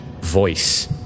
voice